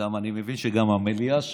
אני מבין שגם המליאה שלו.